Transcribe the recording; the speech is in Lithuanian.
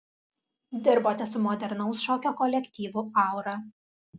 dirbote su modernaus šokio kolektyvu aura